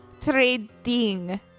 Trading